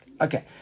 Okay